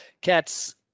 Cats